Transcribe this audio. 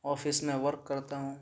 office میں work کرتا ہوں